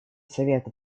совета